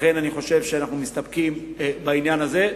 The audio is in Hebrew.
לכן אני חושב שאנחנו מסתפקים בעניין הזה.